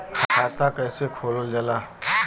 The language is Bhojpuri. खाता कैसे खोलल जाला?